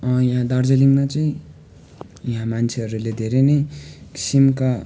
यहाँ दार्जिलिङमा चाहिँ यहाँ मान्छेहरूले धेरै नै किसिमका